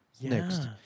next